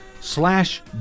slash